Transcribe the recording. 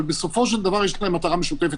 אבל בסופו של דבר יש להן מטרה משותפת.